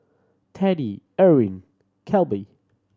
Teddie Irwin Kelby